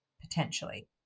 potentially